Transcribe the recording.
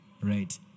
right